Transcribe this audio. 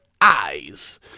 eyes